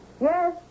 Yes